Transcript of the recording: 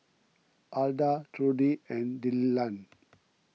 Alda Trudi and Dillan